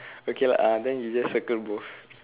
okay lah uh then you just circle both